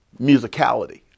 musicality